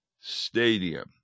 stadium